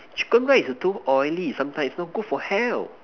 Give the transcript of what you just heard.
chicken rice too oily sometimes it's not good for health